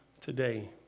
today